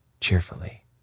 cheerfully